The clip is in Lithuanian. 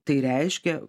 tai reiškia